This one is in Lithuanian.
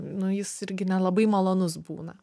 nu jis irgi nelabai malonus būna